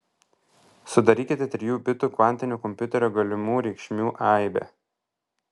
sudarykite trijų bitų kvantinio kompiuterio galimų reikšmių aibę